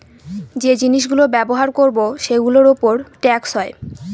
যে জিনিস গুলো ব্যবহার করবো সেগুলোর উপর ট্যাক্স হয়